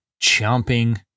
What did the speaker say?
chomping